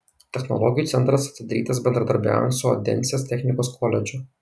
technologijų centras atidarytas bendradarbiaujant su odensės technikos koledžu